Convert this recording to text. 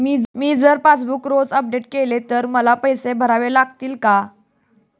मी जर रोज passbook update केले तर मला पैसे भरावे लागतील का?